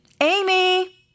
Amy